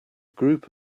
group